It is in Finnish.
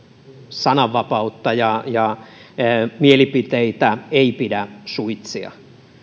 sananvapautta ja ja mielipiteitä ei pidä suitsia